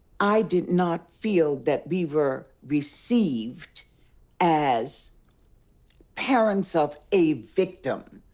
i did not feel that we were received as parents of a victim.